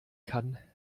kann